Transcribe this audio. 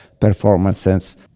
performances